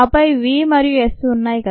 అపై v మరియు s ఉన్నాయి